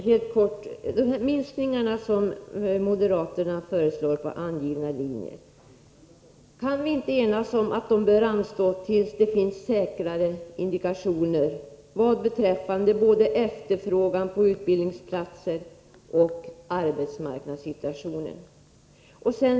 Herr talman! Kan vi inte enas om att de minskningar på angivna linjer som moderaterna föreslår bör anstå till dess det finns säkrare indikationer beträffande både efterfrågan på utbildningsplatser och arbetsmarknadssituationen?